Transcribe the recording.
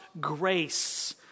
grace